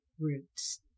roots